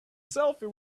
selfie